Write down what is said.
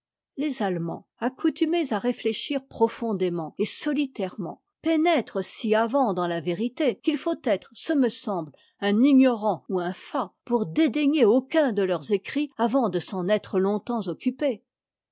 les allemands accoutumés à récécbir profondément et solitairement pénètrent si avant dans la vérité qu'il faut être ce me semble un ignorant ou un fat pour dédaigner aucun de leurs écrits avant de s'en être longtemps occupé